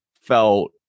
felt